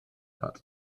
hat